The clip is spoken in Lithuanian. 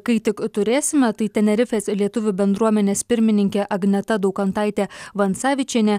kai tik turėsime tai tenerifės lietuvių bendruomenės pirmininkė agneta daukantaitė vansavičienė